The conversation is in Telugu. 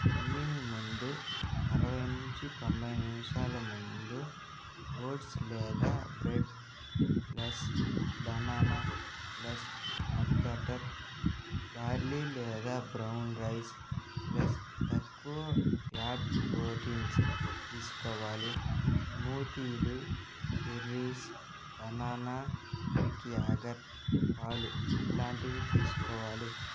స్విమ్మింగ్ ముందు అరవై నుంచి తొంభై నిమిషాల ముందు ఓట్స్ లేదా bread plus banana plus nut butter barley లేదా బ్రౌన్ రైస్ ప్లెస్ తక్కువ ఫ్యాట్ ప్రోటీన్స్ తీసుకోవాలి స్మూతీలు బెర్రీస్ బననా గ్రీక్ యాగర్ట్ పాలు ఇలాంటివి తీసుకోవాలి